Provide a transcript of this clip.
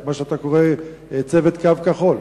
מה שאתה קורא צוות "קו כחול"?